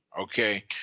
okay